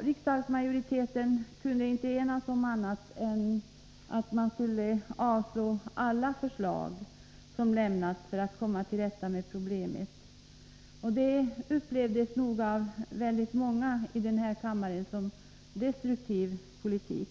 Riksdagsmajoriteten kunde inte enas om annat än att man skulle avslå alla förslag som framlagts för att komma till rätta med problemet. Det upplevdes nog av väldigt många i den här kammaren som destruktiv politik.